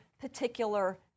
particular